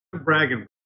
Bragging